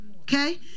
okay